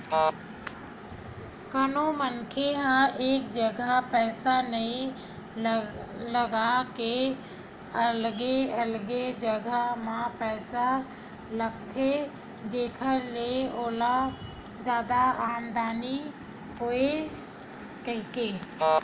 कोनो मनखे ह एक जगा पइसा नइ लगा के अलगे अलगे जगा म पइसा लगाथे जेखर ले ओला जादा आमदानी होवय कहिके